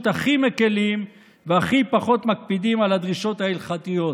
הכי מקילים והכי פחות מקפידים על הדרישות ההלכתיות.